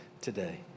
today